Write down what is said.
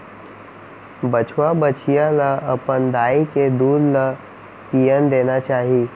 बछवा, बछिया ल अपन दाई के दूद ल पियन देना चाही